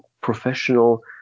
professional